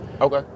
Okay